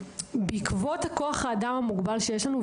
בעקבות כוח האדם המוגבל שיש לנו,